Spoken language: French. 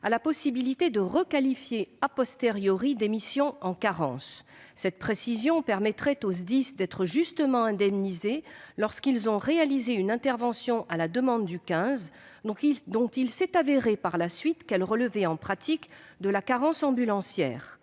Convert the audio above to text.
à la possibilité de requalifier des missions en carences. Cette précision permettrait aux SDIS d'être justement indemnisés lorsqu'ils ont réalisé une intervention à la demande du 15 dont il s'est avéré par la suite qu'elle relevait en pratique de la carence ambulancière.